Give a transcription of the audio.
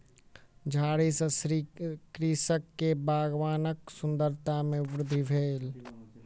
झाड़ी सॅ कृषक के बगानक सुंदरता में वृद्धि भेल